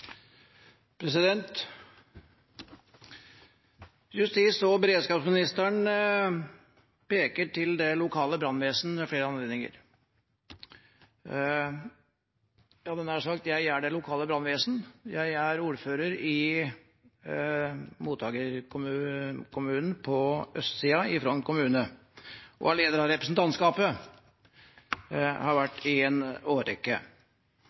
Justis- og beredskapsministeren peker ved flere anledninger på det lokale brannvesen. Jeg hadde nær sagt at jeg er det lokale brannvesen. Jeg er ordfører i mottakerkommunen på østsiden, Frogn kommune, og er leder av representantskapet. Det har jeg vært i en årrekke.